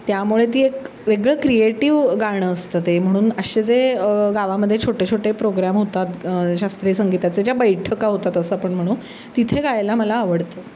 त्यामुळे ती एक वेगळं क्रिएटिव गाणं असतं ते म्हणून असे जे गावामध्ये छोटे छोटे प्रोग्राम होतात शास्त्रीय संगीताच्या ज्या बैठका होतात असं आपण म्हणू तिथे गायला मला आवडतं